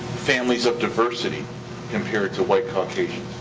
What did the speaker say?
families of diversity compared to white caucasians.